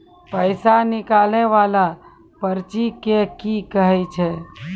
पैसा निकाले वाला पर्ची के की कहै छै?